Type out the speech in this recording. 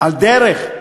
על דרך,